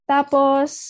Tapos